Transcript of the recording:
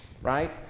right